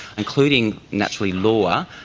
including naturally, law,